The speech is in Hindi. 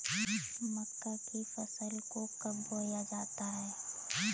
मक्का की फसल को कब बोया जाता है?